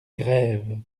grève